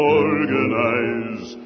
organize